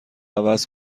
عوض